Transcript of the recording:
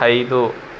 ಐದು